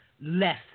less